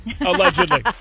Allegedly